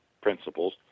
principles